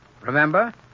Remember